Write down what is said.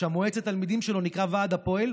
שמועצת התלמידים שלו נקראה הוועד הפועל,